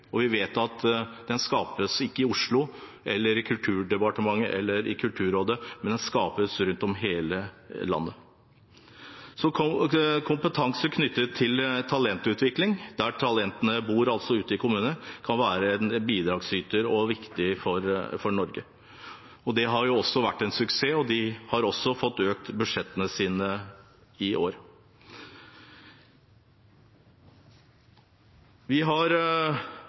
og vi vet at det ikke skapes i Oslo eller i Kulturdepartementet eller i Kulturrådet, men det skapes rundt om i hele landet. Kompetanse knyttet til talentutvikling, der talentene altså bor ute i kommunene, kan være en bidragsyter og viktig for Norge. Det har jo vært en suksess, og de har også fått økt budsjettene sine i år. Vi har